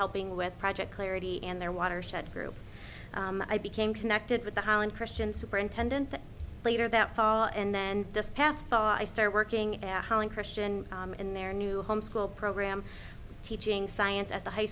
helping with project clarity and their watershed group i became connected with the highland christian superintendent later that fall and then this past fall i started working at home christian in their new home school program teaching science at the high